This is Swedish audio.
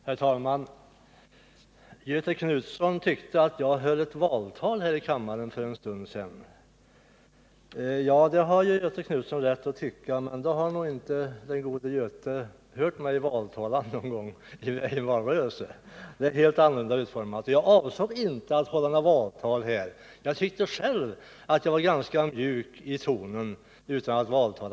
Herr talman! Göthe Knutson tyckte att jag för en stund sedan höll ett valtal. Det har Göthe Knutson rätt att tycka, men då har han nog inte hört mig valtala någon gång. Då är talet helt annorlunda utformat. Och jag avsåg inte att hålla något valtal, utan tyckte själv att jag var ganska mjuk i tonen.